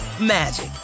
magic